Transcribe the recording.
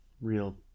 Real